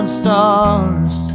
stars